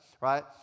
right